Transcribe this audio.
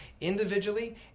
individually